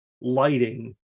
lighting